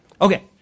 Okay